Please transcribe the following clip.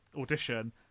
audition